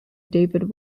david